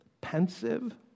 pensive